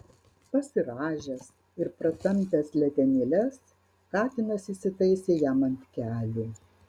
pasirąžęs ir pratampęs letenėles katinas įsitaisė jam ant kelių